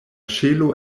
ŝelo